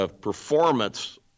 performance